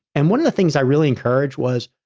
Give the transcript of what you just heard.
and one of the things i really encourage was,